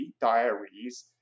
diaries